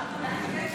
זה מצב קלאסי,